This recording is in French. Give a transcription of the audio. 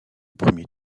premier